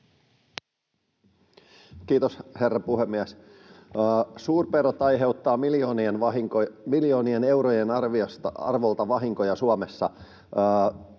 Kiitos, herra puhemies! Suurpedot aiheuttavat miljoonien eurojen arvosta vahinkoja Suomessa.